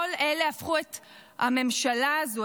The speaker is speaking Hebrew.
כל אלה הפכו את הממשלה הזאת,